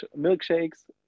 milkshakes